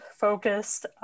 focused